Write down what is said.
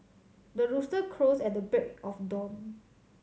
the rooster crows at the break of dawn